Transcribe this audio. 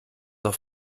auf